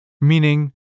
Meaning